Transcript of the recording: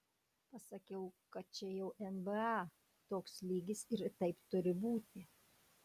pasakiau kad čia jau nba toks lygis ir taip turi būti